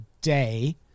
day